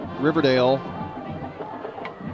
Riverdale